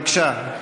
בבקשה,